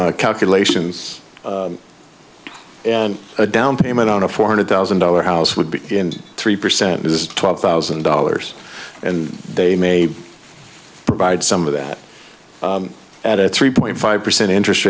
some calculations and a down payment on a four hundred thousand dollar house would be in three percent is twelve thousand dollars and they may provide some of that at a three point five percent interest